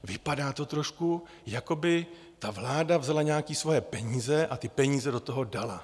Vypadá to trošku, jako by ta vláda vzala nějaké svoje peníze a ty peníze do toho dala.